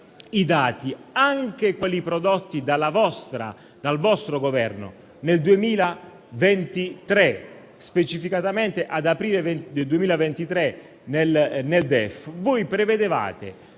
i dati, anche quelli prodotti dal vostro Governo nel 2023 (specificatamente ad aprile, nel DEF), prevedevate